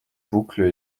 boucles